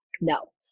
no